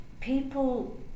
people